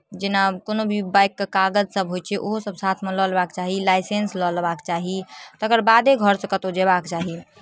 जेना कोनो भी बाइकके कागजसभ होइ छै ओहोसभ साथमे लऽ लेबाक चाही लाइसेंस लऽ लेबाक चाही तकर बादे घरसँ कतहु जयबाक चाही